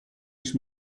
ich